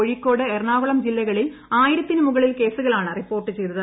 കോഴിക്കോട് എറണാകുളം ജില്ലകളിൽ ആയിരത്തിന് മുകളിൽ കേസുകളാണ് റിപ്പോർട്ട് ചെയ്തത്